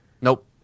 Nope